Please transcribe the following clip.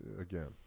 again